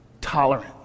tolerant